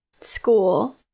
school